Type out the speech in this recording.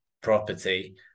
property